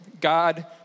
God